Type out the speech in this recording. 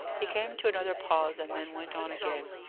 he came to another pause, and then went on again.